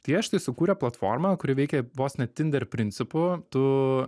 tai jie štai sukūrė platformą kuri veikia vos ne tinder principu tu